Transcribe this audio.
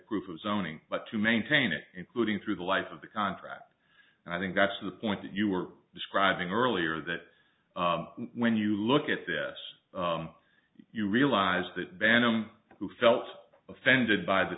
group of zoning but to maintain it including through the life of the contract and i think that's the point that you were describing earlier that when you look at this you realize that band who felt offended by the